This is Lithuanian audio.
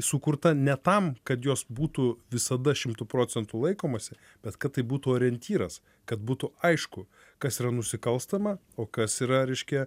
sukurta ne tam kad jos būtų visada šimtu procentų laikomasi bet kad tai būtų orientyras kad būtų aišku kas yra nusikalstama o kas yra reiškia